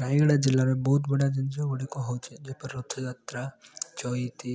ରାୟଗଡ଼ା ଜିଲ୍ଲାର ବହୁତ ବଢ଼ିଆ ଜିନିଷ ଗୁଡ଼ିକ ହେଉଛି ଯେପରି ରଥଯାତ୍ରା ଚଇତି